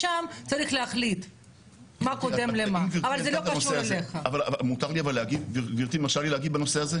כן, אני אדבר בקצרה, תודה רבה, גברתי היו"ר.